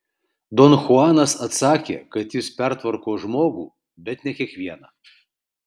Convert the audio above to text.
don chuanas atsakė kad jis pertvarko žmogų bet ne kiekvieną